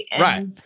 right